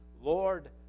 Lord